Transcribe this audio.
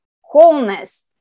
wholeness